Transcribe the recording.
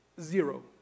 Zero